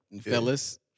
fellas